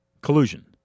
collusion